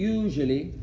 usually